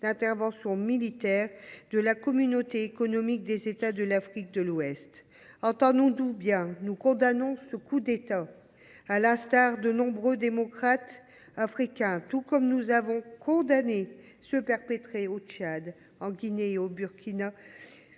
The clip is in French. d’intervention militaire de la Cédéao, la Communauté économique des États de l’Afrique de l’Ouest. Entendons nous bien : nous condamnons ce coup d’État,… Ah !… à l’instar de nombreux démocrates africains, tout comme nous avons condamné ceux qui ont été perpétrés au Tchad, en Guinée et au Burkina